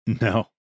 No